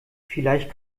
vielleicht